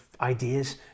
ideas